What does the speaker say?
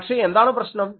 പക്ഷേ എന്താണ് പ്രശ്നം